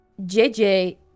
JJ